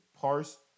parse